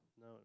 no